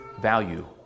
value